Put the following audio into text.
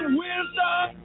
wisdom